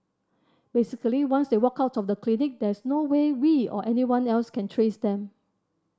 basically once they walk out of the clinic there is no way we or anyone else can trace them